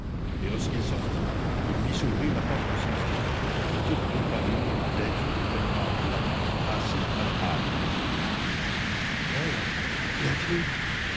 et lorsqu'il sortit il vit s'ouvrir la porte de ses filles qui toutes deux parurent vêtues de peignoirs blancs passés à la hâte père qu'y a-t-il